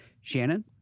Shannon